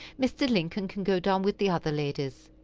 mr. lincoln can go down with the other ladies.